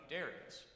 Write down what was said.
Darius